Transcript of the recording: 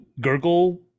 gurgle